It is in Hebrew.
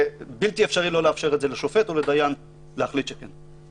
ובלתי אפשרי לא לאפשר לשופט או לדיין להחליט שכן.